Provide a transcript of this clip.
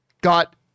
got